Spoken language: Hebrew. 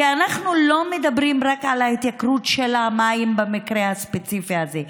כי אנחנו לא מדברים רק על ההתייקרות של המים במקרה הספציפי הזה,